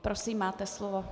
Prosím, máte slovo.